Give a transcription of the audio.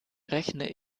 rechne